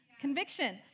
Conviction